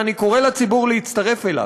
ואני קורא לציבור להצטרף אליו.